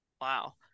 Wow